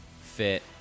fit